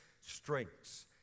strengths